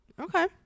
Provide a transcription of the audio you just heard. Okay